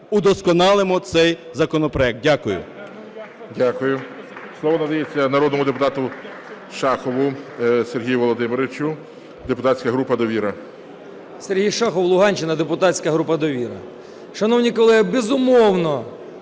удосконалимо цей законопроект. Дякую.